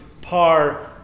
par